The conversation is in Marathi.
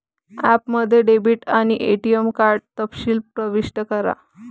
ॲपमध्ये डेबिट आणि एटीएम कार्ड तपशील प्रविष्ट करा